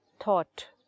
Thought